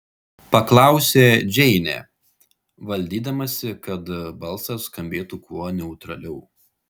paklausė džeinė valdydamasi kad balsas skambėtų kuo neutraliau